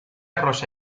rosa